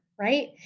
right